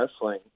wrestling